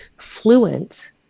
fluent